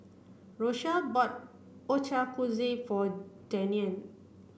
Rochelle bought Ochazuke for Dianne